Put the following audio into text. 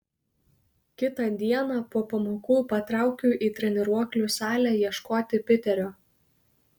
kitą dieną po pamokų patraukiau į treniruoklių salę ieškoti piterio